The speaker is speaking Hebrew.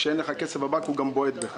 כשאין לך כסף הבנק גם בועט בך,